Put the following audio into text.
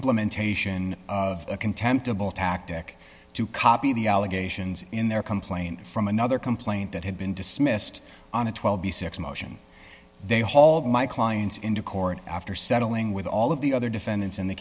implementation of a contemptible tactic to copy the allegations in their complaint from another complaint that had been dismissed on a twelve b six motion they hauled my clients into court after settling with all of the other defendants in the